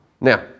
Now